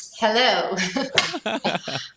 Hello